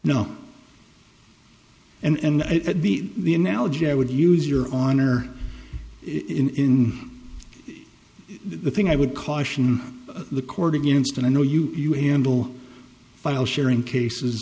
no and at the the analogy i would use you're on or in the thing i would caution the court against and i know you you handle file sharing cases